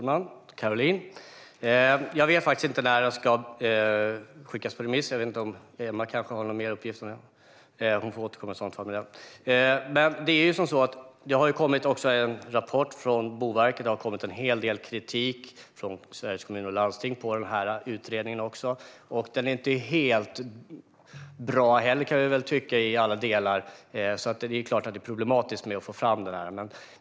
Fru talman! Jag vet faktiskt inte när detta ska gå ut på remiss, Caroline. Kanske har Emma någon uppgift om det. Hon får i så fall återkomma om det. Det har kommit en rapport från Boverket och en hel del kritik från Sveriges Kommuner och Landsting när det gäller utredningen. Jag kan väl också tycka att den inte är jättebra i alla delar. Det är klart att det är problematiskt att få fram detta.